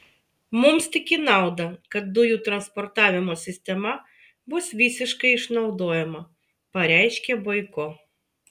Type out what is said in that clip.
mums tik į naudą kad dujų transportavimo sistema bus visiškai išnaudojama pareiškė boiko